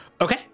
Okay